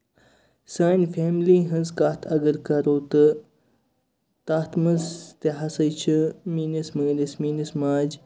سانہِ فیملی ہٕنٛز کَتھ اَگر کرو تہٕ تَتھ منٛز تہِ ہسا چھِ میٛٲنِس مٲلِس میٛٲنہِ ماجہِ